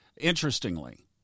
Interestingly